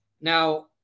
Now